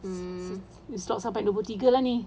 mm ni stop sampai enam puluh tiga lah ni